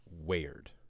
weird